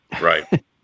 Right